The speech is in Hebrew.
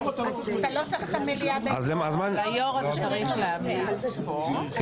על היו"ר אתה צריך להמליץ פה,